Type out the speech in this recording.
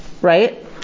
right